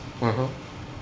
(uh huh)